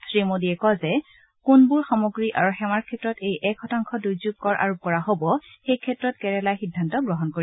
শ্ৰীমোডীয়ে কয় যে কোনবোৰ সামগ্ৰী আৰু সেৱাৰ ক্ষেত্ৰত এই এক শতাংশ দুৰ্যোগ কৰ আৰোপ কৰা হ'ব সেই ক্ষেত্ৰত কেৰালাই সিদ্ধান্ত গ্ৰহণ কৰিব